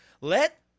Let